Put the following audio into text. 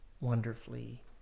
wonderfully